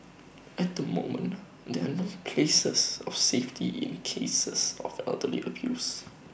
at the moment there are no places of safety in cases of elder abuse